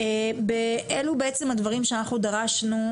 אז אלו בעצם הדברים שאנחנו דרשנו,